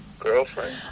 girlfriend